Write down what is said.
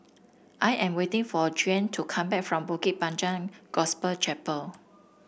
I am waiting for Juan to come back from Bukit Panjang Gospel Chapel